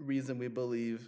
reason we believe